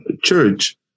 Church